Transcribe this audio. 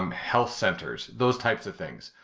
um health centers, those types of things,